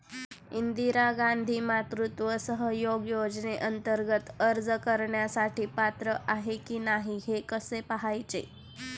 इंदिरा गांधी मातृत्व सहयोग योजनेअंतर्गत अर्ज करण्यासाठी पात्र आहे की नाही हे कसे पाहायचे?